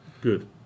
Good